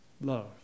Love